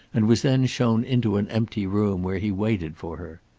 and was then shown into an empty room where he waited for her.